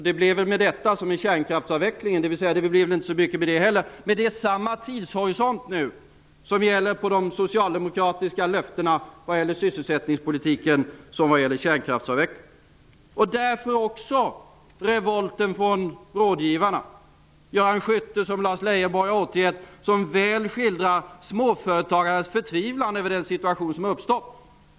Det blir väl med detta som med kärnkraftsavvecklingen, dvs. det blir väl inte så mycket med det heller. Men det är samma tidshorisont som nu gäller för de socialdemokratiska löftena vad gäller såväl sysselsättningspolitiken som kärnkraftsavvecklingen. Göran Skytte, som Lars Leijonborg har återgett, skildrar väl småföretagarnas förtvivlan över den situation som har uppstått.